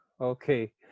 okay